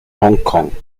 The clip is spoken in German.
hongkong